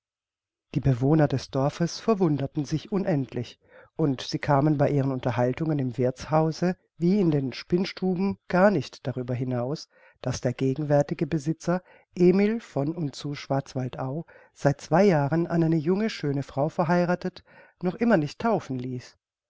die bewohner des dorfes verwunderten sich unendlich und sie kamen bei ihren unterhaltungen im wirthshause wie in den spinnstuben gar nicht darüber hinaus daß der gegenwärtige besitzer emil von und zu schwarzwaldau seit zwei jahren an eine junge schöne frau verheirathet noch immer nicht taufen ließ